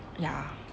ya